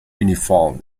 uniform